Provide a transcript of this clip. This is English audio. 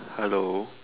hello